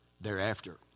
thereafter